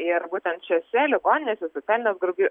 ir būtent šiose ligoninėse socialinių grupių